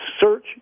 Search